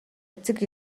эцэг